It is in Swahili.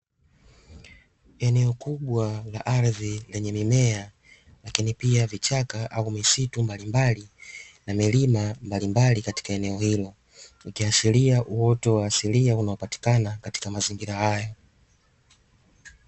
Eneo kubwa la ardhi lenye mimea lakini pia vichaka au misitu mbalimbali, na milima mbalimbali katika eneo hilo ukiashiria uoto wa asilia unaopatikana katika mazingira hayo.